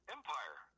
Empire